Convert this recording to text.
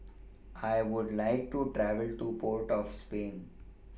I Would like to travel to Port of Spain